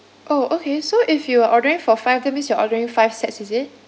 oh okay so if you're ordering for five that means you're ordering five sets is it